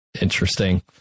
Interesting